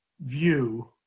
view